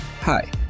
Hi